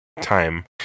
time